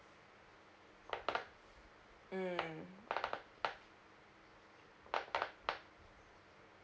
mm